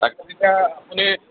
আপুনি